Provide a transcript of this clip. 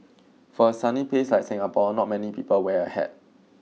for a sunny place like Singapore not many people wear a hat